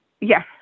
yes